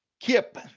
Kip